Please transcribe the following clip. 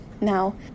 Now